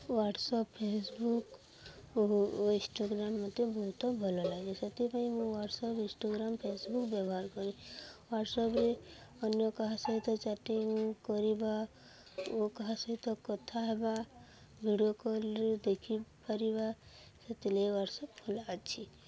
WhatsApp Facebook ଓ Instagram ମୋତେ ବହୁତ ଭଲ ଲାଗେ ସେଥିପାଇଁ ମୁଁ ହ୍ଵାଟ୍ସପ୍ ଇନ୍ଷ୍ଟାଗ୍ରାମ୍ ଫେସ୍ବୁକ୍ ବ୍ୟବହାର କରେ ହ୍ଵାଟ୍ସପ୍ରେ ଅନ୍ୟ କାହା ସହିତ ଚାଟିଂ କରିବା ଓ କାହା ସହିତ କଥା ହେବା ଭିଡ଼ିଓ କଲ୍ରେ ଦେଖିପାରିବା ସେଥିଲାଗି ହ୍ଵାଟ୍ସପ୍ ଭଲ ଅଛି